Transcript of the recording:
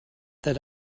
that